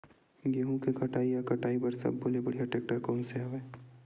गेहूं के कटाई या कटाई बर सब्बो ले बढ़िया टेक्टर कोन सा हवय?